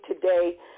today